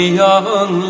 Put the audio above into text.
young